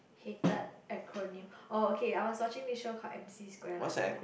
hated acronym oh okay I was watching this show called m_c square last time